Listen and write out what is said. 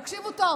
תקשיבו טוב.